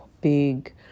big